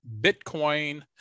Bitcoin